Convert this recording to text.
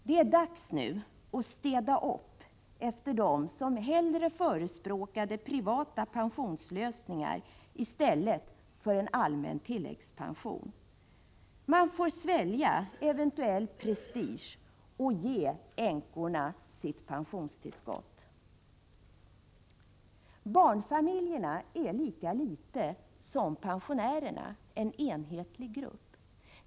Det är dags att städa upp efter dem som förespråkade privata pensionslösningar framför en allmän tilläggspension. Man får lov att svälja eventuell prestige och finna sig i att man måste ge änkorna ett pensionstillskott. Barnfamiljerna är lika litet som pensionärerna en enhetlig grupp.